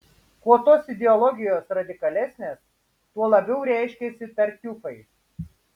kuo tos ideologijos radikalesnės tuo labiau reiškiasi tartiufai